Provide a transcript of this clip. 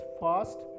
fast